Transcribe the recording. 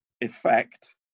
Effect